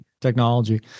technology